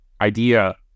idea